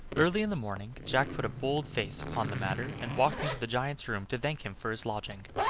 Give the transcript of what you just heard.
early in the morning jack put a bold face upon the matter, and walked into the giant's room to thank him for his lodging.